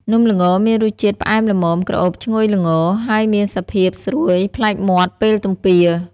នំល្ងមានរសជាតិផ្អែមល្មម ក្រអូបឈ្ងុយល្ងរ ហើយមានសភាពស្រួយប្លែកមាត់ពេលទំពារ។